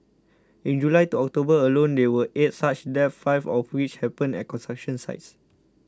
in July to October alone there were eight such deaths five of which happened at construction sites